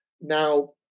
Now